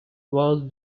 was